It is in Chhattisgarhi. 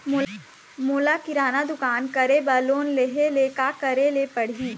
मोला किराना दुकान करे बर लोन लेहेले का करेले पड़ही?